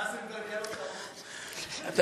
ואז,